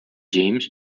james